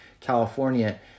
California